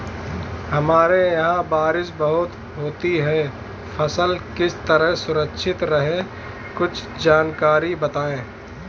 हमारे यहाँ बारिश बहुत होती है फसल किस तरह सुरक्षित रहे कुछ जानकारी बताएं?